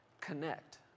connect